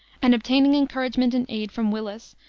and obtaining encouragement and aid from willis,